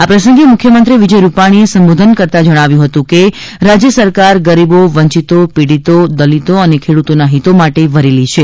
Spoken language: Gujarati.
આ પ્રસંગે મુખ્યમંત્રી વિજય રૂપાણીએ સંબોધન કરતાં જણાવ્યું હતું કે રાજ્ય સરકાર ગરીબો વંચીતો પીડીતો દલિતો અને ખેડૂતોના ફીતો માટે વરેલી છે